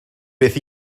beth